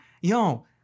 Yo